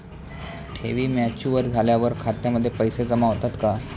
ठेवी मॅच्युअर झाल्यावर खात्यामध्ये पैसे जमा होतात का?